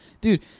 dude